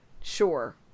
sure